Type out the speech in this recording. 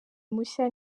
mushya